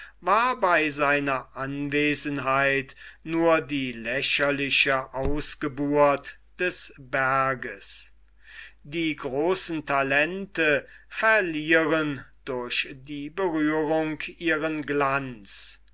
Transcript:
war bei seiner anwesenheit nur die lächerliche ausgeburt des berges die großen talente verlieren durch die berührung ihren glanz